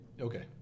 okay